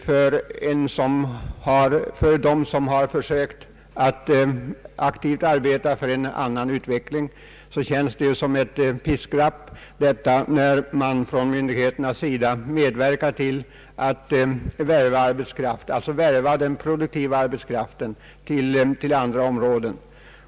För dem som har försökt att aktivt arbeta för en annan utveckling känns det som ett piskrapp när myndigheterna medverkar till att värva den produktiva arbetskraften till andra områden.